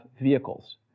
vehicles